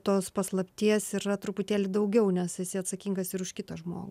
tos paslapties yra truputėlį daugiau nes esi atsakingas ir už kitą žmogų